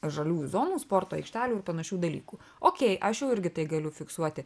žaliųjų zonų sporto aikštelių ir panašių dalykų okėj aš jau irgi tai galiu fiksuoti